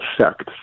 sects